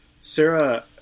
Sarah